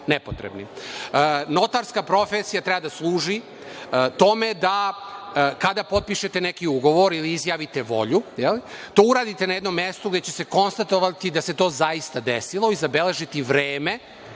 profesija treba da služi tome da kada potpišete neki ugovor ili izjavite volju, to uradite na jednom mestu gde će se konstatovati da se to zaista desilo i zabeležiti vreme